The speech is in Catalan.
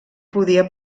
podia